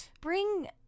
bring